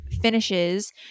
finishes